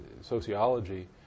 sociology